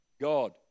God